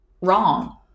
wrong